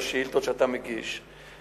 והשאילתות שאתה מגיש.